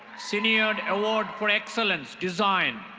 senior award for excellence design.